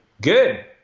Good